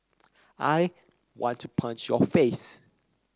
I want to punch your face